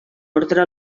ordre